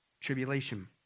tribulation